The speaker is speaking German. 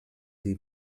die